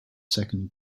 second